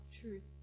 truth